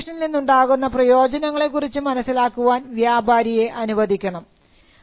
ഈ അസോസിയേഷനിൽ നിന്നുണ്ടാകുന്ന പ്രയോജനങ്ങളെ കുറിച്ച് മനസ്സിലാക്കുവാൻ വ്യാപാരിയെ അനുവദിക്കണം